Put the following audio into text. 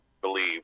believe